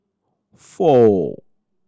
four